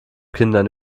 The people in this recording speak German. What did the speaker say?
kindern